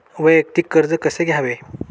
वैयक्तिक कर्ज कसे घ्यावे?